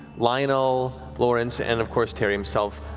lionel, lawrence, and of course tary himself.